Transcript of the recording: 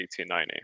1890